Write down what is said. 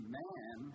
man